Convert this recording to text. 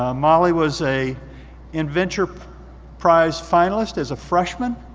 ah molly was a inventure prize finalist as a freshman.